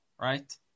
right